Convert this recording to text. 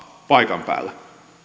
paikan päällä